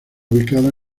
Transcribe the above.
ubicada